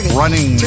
running